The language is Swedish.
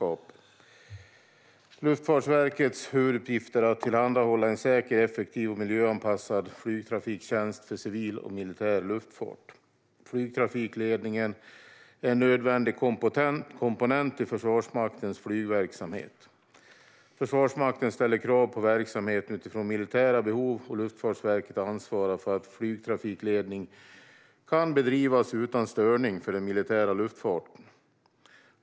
Luftfartsverkets huvuduppgift är att tillhandahålla en säker, effektiv och miljöanpassad flygtrafiktjänst för civil och militär luftfart. Flygtrafikledning är en nödvändig komponent i Försvarsmaktens flygverksamhet. Försvarsmakten ställer krav på verksamheten utifrån militära behov, och Luftfartsverket ansvarar för att flygtrafikledning kan bedrivas utan störning för den militära luftfarten.